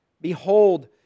Behold